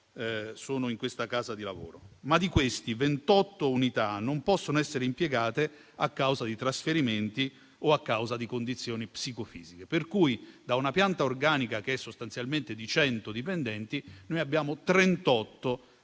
sono in quella casa di lavoro. Ricordo però che, di questi, 28 unità non possono essere impiegate a causa di trasferimenti o a causa di condizioni psicofisiche. Per cui da una pianta organica che è sostanzialmente di 100 dipendenti, noi abbiamo 38